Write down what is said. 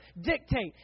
dictate